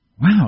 Wow